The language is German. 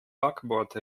backbord